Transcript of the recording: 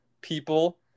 people